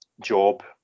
job